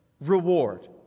reward